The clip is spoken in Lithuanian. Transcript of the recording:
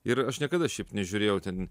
ir aš niekada šiaip nežiūrėjau ten